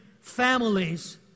families